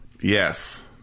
Yes